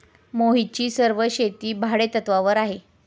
मोहितची सर्व शेती भाडेतत्वावर आहे